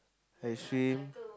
I swim